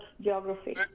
geography